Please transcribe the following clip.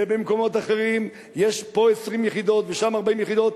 ובמקומות אחרים יש פה 20 יחידות ושם 40 יחידות,